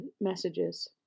messages